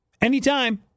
anytime